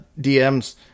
DMs